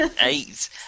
Eight